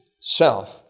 self